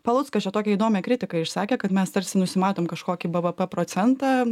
paluckas čia tokią įdomią kritiką išsakė kad mes tarsi nusimatom kažkokį bvp procentą